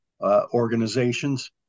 organizations